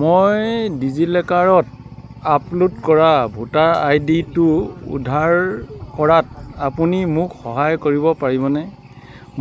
মই ডিজিলকাৰত আপলোড কৰা ভোটাৰ আই ডিটো উদ্ধাৰ কৰাত আপুনি মোক সহায় কৰিব পাৰিবনে